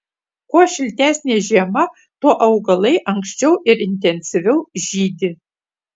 kuo šiltesnė žiema tuo augalai anksčiau ir intensyviau žydi